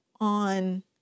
on